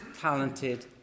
talented